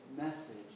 message